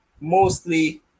mostly